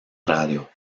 radio